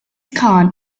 con